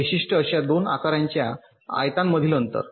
वैशिष्ट्ये अशा दोन आकारांच्या आयतांमधील अंतर